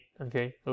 Okay